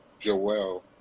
Joelle